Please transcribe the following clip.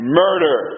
murder